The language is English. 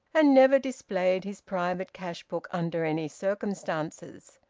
and never displayed his private cash-book under any circumstances.